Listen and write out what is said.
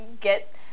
get